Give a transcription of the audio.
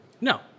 No